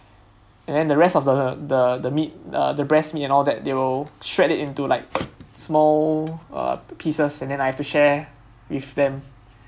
and then the rest of the the the meat uh the breast meat and all that they will shred it into like small uh pieces and then I have to share with them